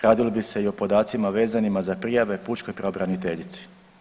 Radilo bi se i o podacima vezanima za prijave pučkoj pravobraniteljici.